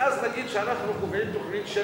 ואז נגיד שאנחנו קובעים תוכנית,